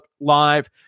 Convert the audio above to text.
Live